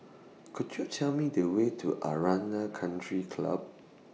Could YOU Tell Me The Way to Aranda Country Club